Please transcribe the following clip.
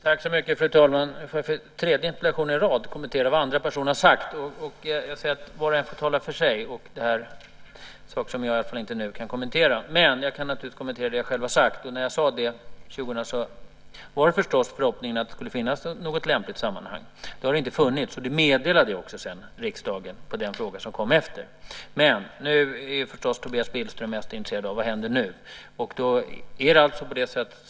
Fru talman! Nu får jag i den tredje interpellationsdebatten i rad kommentera vad andra personer har sagt. Var och en får tala för sig. Detta är saker som jag inte kan kommentera nu. Men jag kan naturligtvis kommentera det jag själv har sagt. När jag sade detta år 2000 var det förstås i förhoppningen att det skulle finnas något lämpligt sammanhang. Det har det inte funnits, och det meddelade jag också riksdagen som svar på den fråga som kom efter denna. Men Tobias Billström är förstås mest intresserad av vad som händer nu.